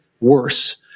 worse